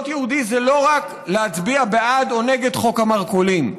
להיות יהודי זה לא רק להצביע בעד או נגד חוק המרכולים.